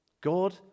God